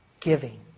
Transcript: giving